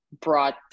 brought